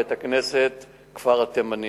בית-הכנסת בכפר-התימנים.